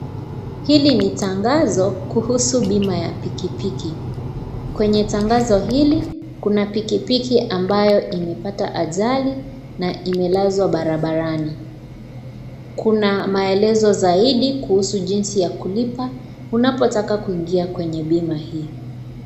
Hili ni tangazo kuhusu bima ya pikipiki. Kwenye tangazo hili kuna pikipki ambayo imepata ajali na imelazwa barabarani. Kuna maelezo zaidi kuhusu jinsi ya kulipa unapotaka kuingia kwa bima hii.